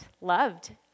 loved